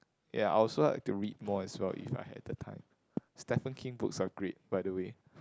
ya I'll also like to read more as well if I had the time Stephen-King books are great by the way